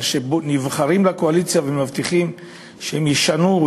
אבל כשנבחרים לקואליציה ומבטיחים שישנו או